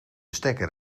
stekker